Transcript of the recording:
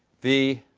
the